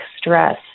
stress